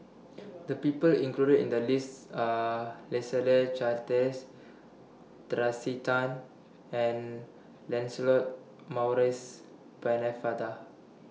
The People included in The list Are Leslie Charteris Tracey Tan and Lancelot Maurice Pennefather